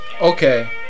Okay